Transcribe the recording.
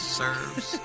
serves